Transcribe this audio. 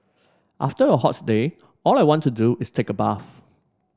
after a hot day all I want to do is take a bath